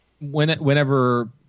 whenever